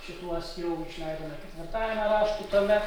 šituos jau išleidome ketvirtajame raštų tome